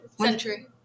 century